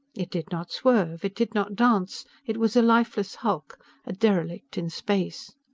it did not swerve. it did not dance. it was a lifeless hulk a derelict in space.